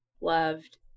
loved